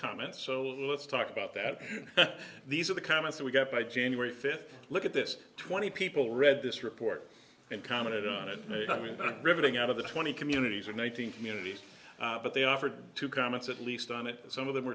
comments so let's talk about that these are the comments that we got by january fifth look at this twenty people read this report and commented on it may not mean riveting out of the twenty communities or one thousand communities but they offered two comments at least on it some of them